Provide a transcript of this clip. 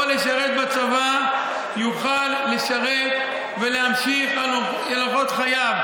לשרת בצבא יוכל לשרת ולהמשיך באורחות חייו,